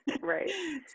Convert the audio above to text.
Right